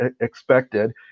expected